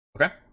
Okay